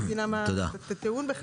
אני לא מבינה את הטיעון בכלל.